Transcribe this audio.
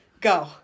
Go